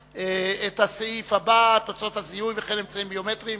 את הסעיף הבא: תוצאות הזיהוי וכן אמצעים ביומטריים